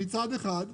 מצד אחד.